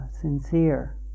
sincere